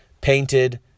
painted